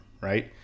right